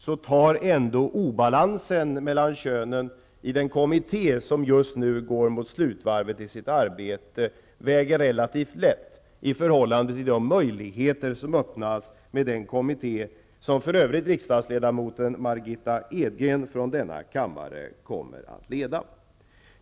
Då väger ändå obalansen mellan könen i den kommitté som just nu går mot slutvarvet i sitt arbete relativt lätt i förhållande till de möjligheter som öppnas i denna kommitté -- som för övrigt riksdagsledamoten Margitta Edgren från denna kammare kommer att leda.